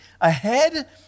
Ahead